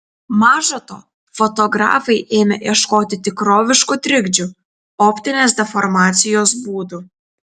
maža to fotografai ėmė ieškoti tikroviškų trikdžių optinės deformacijos būdų